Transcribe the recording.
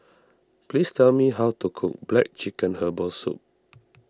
please tell me how to cook Black Chicken Herbal Soup